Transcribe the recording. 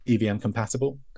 EVM-compatible